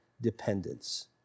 dependence